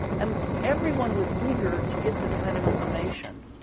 and everyone was eager to get this kind of information.